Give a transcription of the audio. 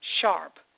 sharp